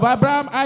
Abraham